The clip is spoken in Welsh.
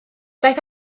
daeth